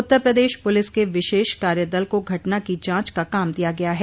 उत्तर Pradesh police के विशेष कार्य दल को घटना की जांच का काम दिया गया है